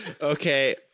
Okay